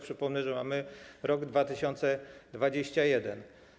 Przypomnę, że mamy rok 2021.